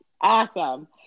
Awesome